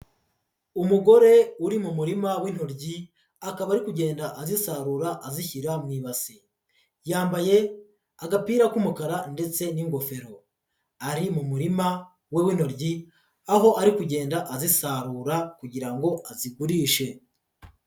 Umugore uri mu murima w'intoryi, akaba ari kugenda azisarura azishyira mu ibasi. Yambaye agapira k'umukara ndetse n'ingofero. Ari mu murima we w'intoryi, aho ari kugenda azisarura kugira ngo azigurishe.